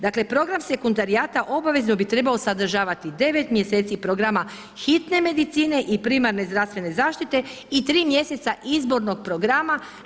Dakle, program sekundarijata obavezno bi trebao sadržavati 9 mjeseci programa hitne medicine i primarne zdravstvene zaštite i 3 mjeseca izbornog programa.